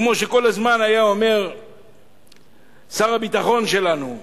כמו שכל הזמן אמר שר הביטחון שלנו,